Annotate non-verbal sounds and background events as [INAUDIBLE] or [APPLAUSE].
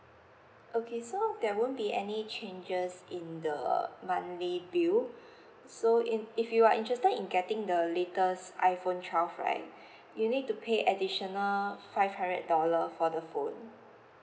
okay so there won't be any changes in the monthly bill [BREATH] so in if you are interested in getting the latest iphone twelve right [BREATH] you'll need to pay additional five hundred dollar for the phone